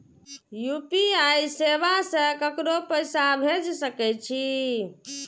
UPI सेवा से ककरो पैसा भेज सके छी?